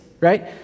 right